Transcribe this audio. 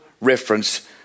reference